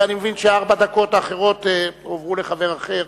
ואני מבין שארבע הדקות האחרות הועברו לחבר אחר,